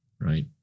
right